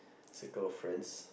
circle of friends